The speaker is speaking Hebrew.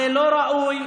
זה לא ראוי,